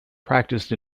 practiced